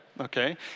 okay